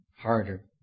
harder